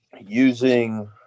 using –